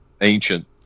ancient